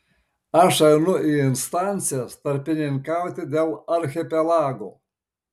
aš einu į instancijas tarpininkauti dėl archipelago